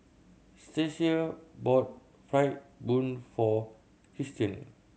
Stasia bought fried bun for Kristian